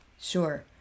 Sure